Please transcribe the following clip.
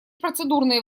процедурные